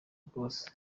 rwose